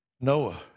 Noah